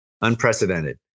unprecedented